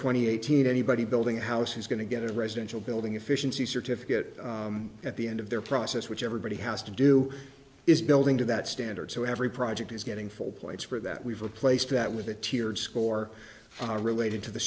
twenty eighteen anybody building a house is going to get a residential building efficiency certificate at the end of their process which everybody has to do is building to that standard so every project is getting full plates for that we've replaced that with a tiered score related to the